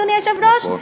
אדוני היושב-ראש?